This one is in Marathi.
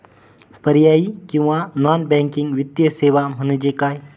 पर्यायी किंवा नॉन बँकिंग वित्तीय सेवा म्हणजे काय?